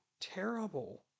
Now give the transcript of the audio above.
terrible